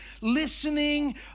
listening